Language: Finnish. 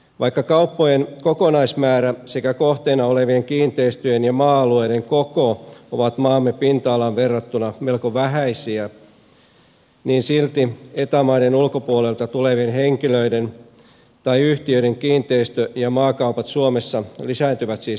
vaikka kauppojen kokonaismäärä sekä kohteena olevien kiinteistöjen ja maa alueiden koko ovat maamme pinta alaan verrattuna melko vähäisiä niin silti eta maiden ulkopuolelta tulevien henkilöiden tai yhtiöiden kiinteistö ja maakaupat suomessa lisääntyvät siis jatkuvasti